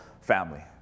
family